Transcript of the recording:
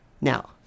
Now